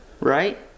right